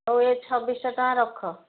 ହଉ ଏ ଛବିଶହ ଟଙ୍କା ରଖ